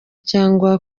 cyangwa